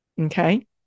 Okay